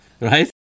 right